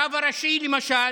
הרב הראשי, למשל,